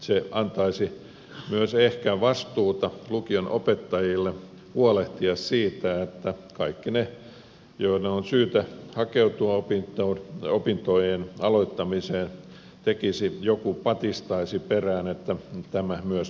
se antaisi myös ehkä vastuuta lukion opettajille huolehtia ja patistaa perään että kaikki ne joiden on syytä hakeutua opintojen aloittamiseen myös sinne hakisivat